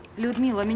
liudmila! i mean